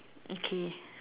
okay